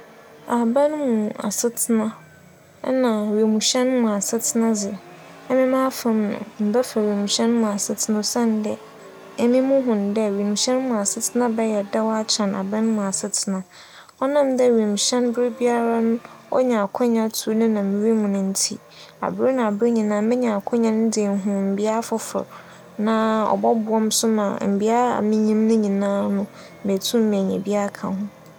Aban mu asetsena nna wimuhyɛn mu asetsena dze, emi m'afamu no mebɛfa wimuhyɛn mu asetsena osiandɛ emi muhun dɛ wimuhyɛn mu asetsena bɛyɛ dɛw akyɛn aban mu asetsena ͻnam dɛ wimuhyɛn ber biara onya akwan tu nenam wimu no ntsi, aber na aber nyinara menya akwan dze ehu mbea afofor na ͻbͻboa me so ma bea minyim no nyinara no metum menya bi aka ho.